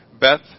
Beth